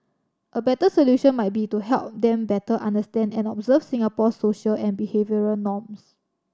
a better solution might be to help them better understand and observe Singapore's social and behavioural norms